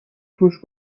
توش